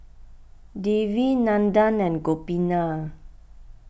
Devi Nandan and Gopinath